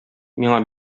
миңа